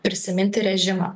prisiminti režimą